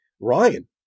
Ryan